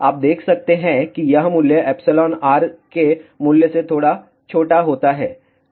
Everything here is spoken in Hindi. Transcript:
आप देख सकते हैं यह मूल्य εr के मूल्य से थोड़ा छोटा होता है